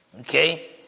Okay